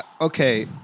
Okay